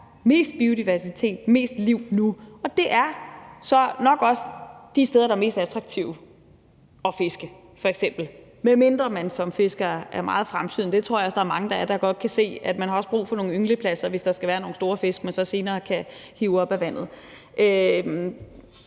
mest biodiversitet, mest liv nu, og det er så nok også de steder, det er mest attraktivt at fiske f.eks., medmindre man som fisker er meget fremsynet. Det tror jeg også der er mange der er. De kan godt se, at man også har brug for nogle ynglepladser, hvis der skal være nogle store fisk, man så senere kan hive op af vandet.